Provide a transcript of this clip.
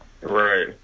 Right